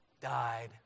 died